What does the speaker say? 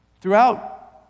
throughout